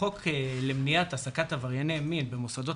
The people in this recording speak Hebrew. החוק למניעת העסקת עברייני מין במוסדות